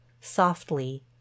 softly